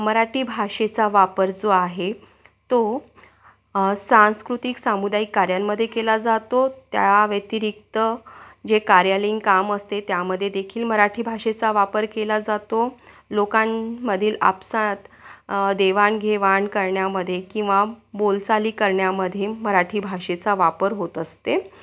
मराठी भाषेचा वापर जो आहे तो सांस्कृतिक सामुदायिक कार्यांमध्ये केला जातो त्या व्यतिरिक्त जे कार्यालयीन काम असते त्यामध्ये देखील मराठी भाषेचा वापर केला जातो लोकांमधील आपसात देवाणघेवाण करण्यामध्ये किंवा बोलचाली करण्यामध्ये मराठी भाषेचा वापर होत असते